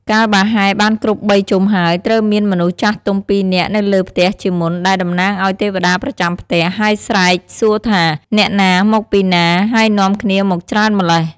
កាលបើហែបានគ្រប់បីជុំហើយ ត្រូវមានមនុស្សចាស់ទុំពីរនាក់នៅលើផ្ទះជាមុន ដែលតំណាងឲ្យទេវតាប្រចាំផ្ទះ ហើយស្រែសួរថា "អ្នកណា ? មកពីណា ? ហើយនាំគ្នាមកច្រើនម៉្លេះ ?។